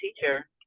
teacher